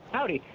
howdy.